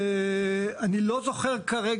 אני לא זוכר כרגע.